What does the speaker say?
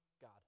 god